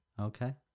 Okay